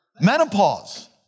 Menopause